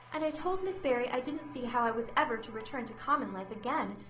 and i told miss barry i didn't see how i was ever to return to common life again.